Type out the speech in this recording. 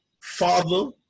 father